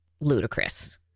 ludicrous